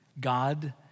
God